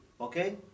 Okay